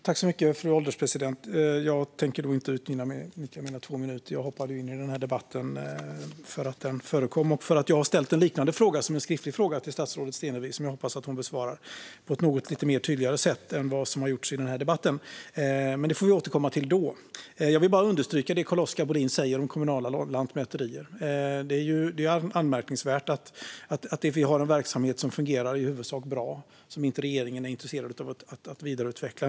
Fru ålderspresident! Jag tänker inte utnyttja mina två minuter; jag hoppade in i den här debatten för att den förekom och för att jag har ställt en liknande, skriftlig fråga till statsrådet Stenevi som jag hoppas att hon besvarar på ett något tydligare sätt än vad som har gjorts i den här debatten. Men det får vi återkomma till då. Jag vill bara understryka det som Carl-Oskar Bohlin säger om kommunala lantmäterier. Det är anmärkningsvärt att vi har en verksamhet som fungerar i huvudsak bra men som regeringen inte är intresserad av att vidareutveckla.